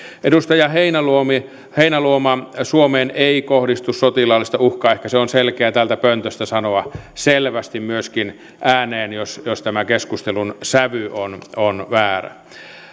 edustaja heinäluoma heinäluoma suomeen ei kohdistu sotilaallista uhkaa ehkä se on selkeää täältä pöntöstä sanoa selvästi myöskin ääneen jos jos tämä keskustelun sävy on on väärä